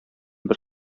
бер